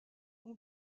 mon